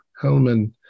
Hellman